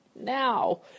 now